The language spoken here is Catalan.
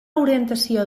orientació